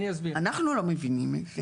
אנחנו לא מבינים את זה.